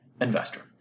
investor